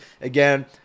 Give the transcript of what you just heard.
Again